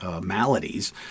maladies